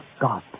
God